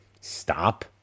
stop